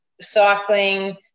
cycling